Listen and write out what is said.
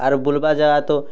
ଆରୁ ବୁଲ୍ବା ଜାଗା ତ